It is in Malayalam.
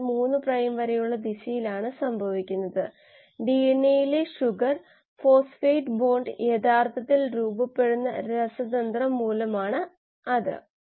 കോശത്തെ ഒരു കറുത്ത പെട്ടിയായി പരിഗണിച്ച് എന്താണ് സംഭവിക്കുന്നതെന്ന് നമുക്ക് കുറച്ച് ഇൻപുട്ട് ലഭിക്കുമെന്ന് നമ്മൾ പറഞ്ഞു അത് ചെയ്യുന്നതിനുള്ള ഒരു മാർഗ്ഗം സ്റ്റോകിയോമെട്രി ബയോറിയാക്ഷൻസ് സ്റ്റോകിയോമെട്രി റിഡക്റ്റൻസ് ആശയത്തിൻറെ അളവ് എന്നിവ ഒരു പ്രധാന ആശയമാണ്